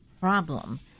problem